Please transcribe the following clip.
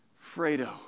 Fredo